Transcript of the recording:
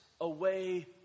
away